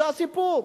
זה הסיפור.